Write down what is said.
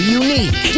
unique